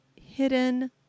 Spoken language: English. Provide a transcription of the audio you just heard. hidden